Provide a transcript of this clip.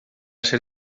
ser